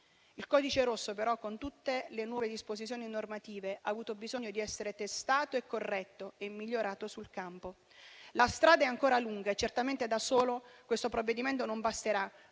Il codice rosso, però, con tutte le nuove disposizioni normative, ha avuto bisogno di essere testato, corretto e migliorato sul campo. La strada è ancora lunga e certamente da solo questo provvedimento non basterà,